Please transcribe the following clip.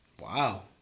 Wow